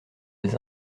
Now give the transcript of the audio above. des